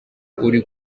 uri